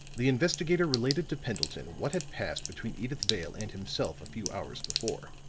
the investigator related to pendleton what had passed between edyth vale and himself a few hours before.